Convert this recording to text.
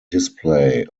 display